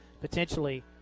potentially